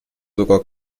sogar